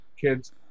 kids